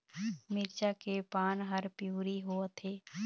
मिरचा के पान हर पिवरी होवथे?